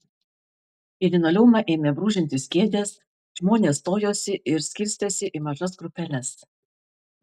į linoleumą ėmė brūžintis kėdės žmonės stojosi ir skirstėsi į mažas grupeles